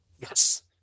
Yes